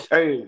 Hey